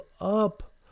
up